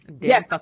Yes